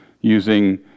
using